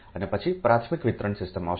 અને પછી પ્રાથમિક વિતરણ સિસ્ટમ આવશે